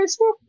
Facebook